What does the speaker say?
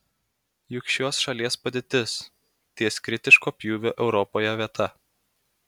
juk šios šalies padėtis ties kritiško pjūvio europoje vieta